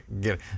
get